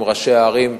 עם ראשי הערים,